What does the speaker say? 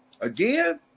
Again